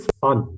fun